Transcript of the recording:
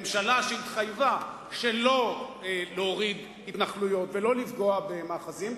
ממשלה שהתחייבה שלא להוריד התנחלויות ולא לפגוע במאחזים,